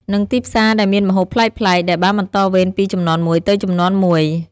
និងទីផ្សារដែលមានម្ហូបប្លែកៗ ដែលបានបន្តវេនពីជំនាន់មួយទៅជំនាន់មួយ។